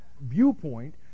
viewpoint